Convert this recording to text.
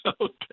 Okay